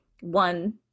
one